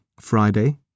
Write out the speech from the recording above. Friday